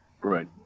Right